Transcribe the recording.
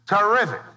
terrific